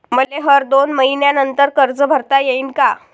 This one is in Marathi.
मले हर दोन मयीन्यानंतर कर्ज भरता येईन का?